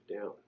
down